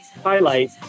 highlight